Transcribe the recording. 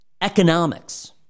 economics